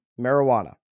marijuana